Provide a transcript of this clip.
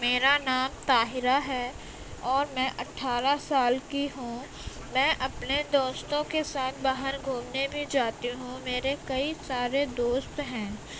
میرا نام طاہرہ ہے اور میں اٹھارہ سال کی ہوں میں اپنے دوستوں کے ساتھ باہر گھومنے بھی جاتی ہوں میرے کئی سارے دوست ہیں